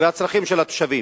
והצרכים של התושבים.